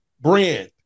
brand